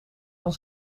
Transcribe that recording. van